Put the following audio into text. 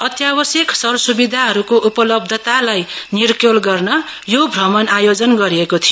अत्यावश्यक सरसुविधाहरूको उपलब्धतालाई निक्यौल गर्न यो अमण आयोजन गरिएको थियो